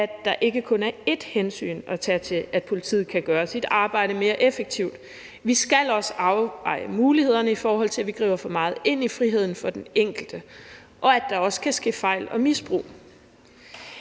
at der ikke kun er ét hensyn at tage til, at politiet kan gøre sit arbejde mere effektivt. Vi skal også afveje mulighederne, i forhold til om vi griber for meget ind i friheden for den enkelte, og at der også kan ske fejl og misbrug.